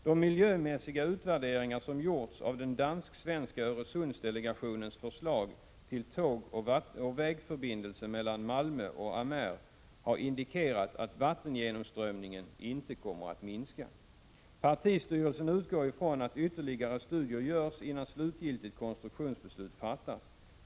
De miljömässiga utvärderingar som gjorts av den dansk-svenska Öresundsdelegationens förslag till tågoch vägförbindelse mellan Malmö och Amager har indikerat att vattengenomströmningen inte kommer att minska. Partistyrelsen utgår ifrån att ytterligare studier görs innan slutgiltigt konstruktionsbeslut fattas.